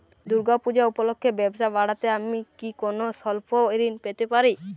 দূর্গা পূজা উপলক্ষে ব্যবসা বাড়াতে আমি কি কোনো স্বল্প ঋণ পেতে পারি?